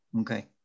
Okay